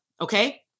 Okay